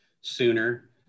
sooner